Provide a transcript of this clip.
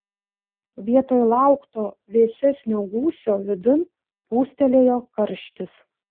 vietoj laukto vėsesnio gūsio vidun plūstelėjo karštis